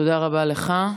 תודה רבה לך.